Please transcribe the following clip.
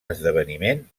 esdeveniment